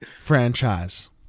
franchise